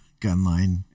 Gunline